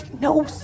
No